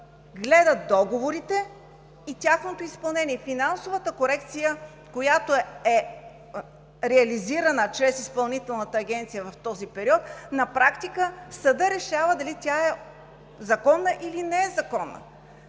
гледа договорите и тяхното изпълнение. За финансовата корекция, която е реализирана чрез Изпълнителната агенция в този период, на практика съдът решава дали тя е законна или не е законна.